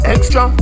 Extra